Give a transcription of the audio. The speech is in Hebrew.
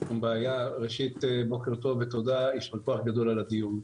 בוקר טוב ותודה, יישר כוח על הדיון.